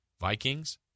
Vikings